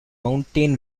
mountain